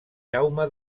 jaume